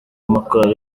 amakorali